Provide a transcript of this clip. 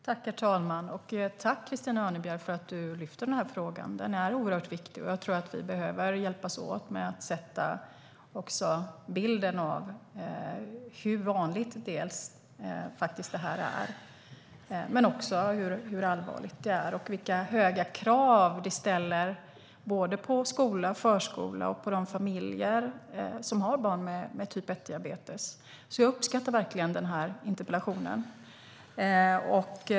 Herr talman! Tack för att du lyfter upp den här frågan, Christina Örnebjär! Den är oerhört viktig. Vi behöver hjälpas åt med att visa hur vanligt det här är men också hur allvarligt det är och vilka höga krav det ställer på såväl skola som förskola och de familjer som har barn med typ 1-diabetes. Jag uppskattar verkligen interpellationen.